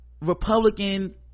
republican